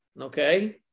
Okay